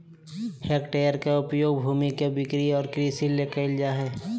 hectare के उपयोग भूमि के बिक्री और कृषि ले कइल जाय हइ